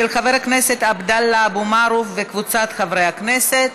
של חבר הכנסת עבדאללה אבו מערוף וקבוצת חברי הכנסת.